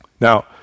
Now